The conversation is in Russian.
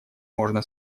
можно